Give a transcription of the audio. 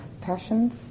passions